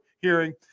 hearing